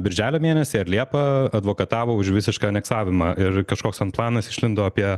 birželio mėnesį ar liepą advokatavo už visišką aneksavimą ir kažkoks antuanas išlindo apie